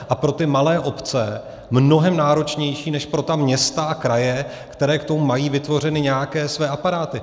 A pro ty malé obce mnohem náročnější než pro města a kraje, které k tomu mají vytvořeny nějaké své aparáty.